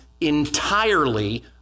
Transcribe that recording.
entirely